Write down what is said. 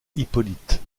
hippolyte